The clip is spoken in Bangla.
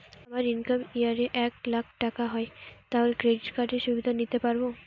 আমার ইনকাম ইয়ার এ এক লাক টাকা হয় তাহলে ক্রেডিট কার্ড এর সুবিধা নিতে পারবো?